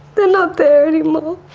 they're not there anymore.